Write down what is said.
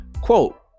Quote